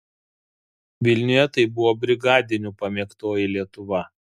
vilniuje tai buvo brigadinių pamėgtoji lietuva